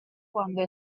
cuando